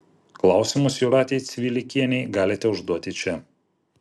klausimus jūratei cvilikienei galite užduoti čia